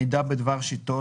מידע בדבר שיטות,